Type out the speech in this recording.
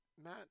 Matt